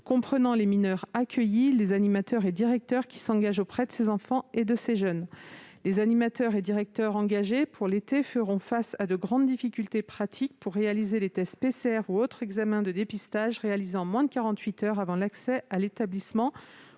comprenant les mineurs accueillis, les animateurs et les directeurs, qui s'engagent auprès de ces enfants et de ces jeunes. Les animateurs et directeurs engagés pour l'été feront face à de grandes difficultés pratiques pour réaliser les tests PCR ou d'autres examens de dépistage réalisés moins de quarante-huit heures avant l'accès à l'établissement,